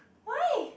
why